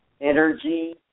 energy